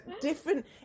different